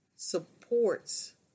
supports